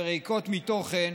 ורקות מתוכן.